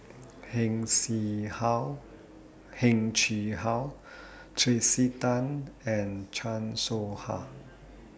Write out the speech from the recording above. Heng Chee How Tracey Tan and Chan Soh Ha